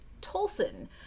Tolson